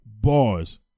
bars